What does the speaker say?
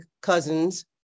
cousins